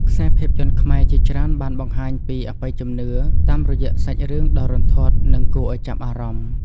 ខ្សែភាពយន្តខ្មែរជាច្រើនបានបង្ហាញពីអបិយជំនឿតាមរយៈសាច់រឿងដ៏រន្ធត់និងគួរឲ្យចាប់អារម្មណ៍។